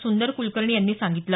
सुंदर कुलकर्णी यांनी सांगितलं